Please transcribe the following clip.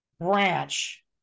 branch